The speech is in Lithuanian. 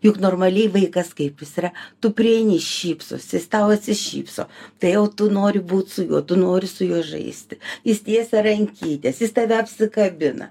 juk normaliai vaikas kaip jis yra tu prieini šypsosi jis tau atsišypso tai jau tu nori būt su juo tu nori su juo žaisti jis tiesia rankytes jis tave apsikabina